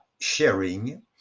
sharing